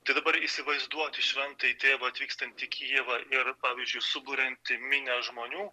tai dabar įsivaizduoti šventąjį tėvą atvykstant į kijevą ir pavyzdžiui suburiantį minią žmonių